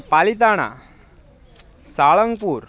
Palitana Salangpur